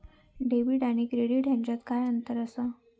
Debit आणि credit ह्याच्यात काय अंतर असा?